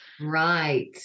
right